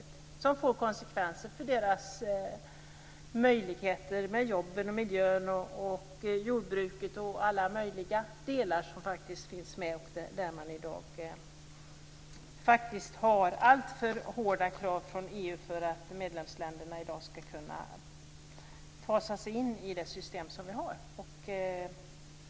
Det handlar om krav som får konsekvenser för deras möjligheter med jobben, miljön, jordbruket och andra delar som finns med där man i dag faktiskt har alltför hårda krav från EU för att medlemsländerna skall kunna fasas in i det system som vi har.